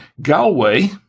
Galway